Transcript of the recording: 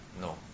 No